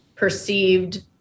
perceived